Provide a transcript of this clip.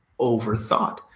overthought